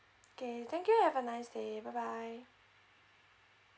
okay thank you have a nice day bye bye